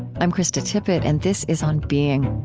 i'm krista tippett, and this is on being